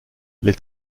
les